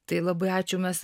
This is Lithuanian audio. tai labai ačiū mes